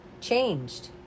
changed